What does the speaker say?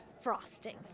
frosting